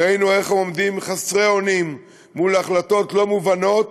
וראינו איך עומדים חסרי אונים מול החלטות לא מובנות.